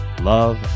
love